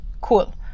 cool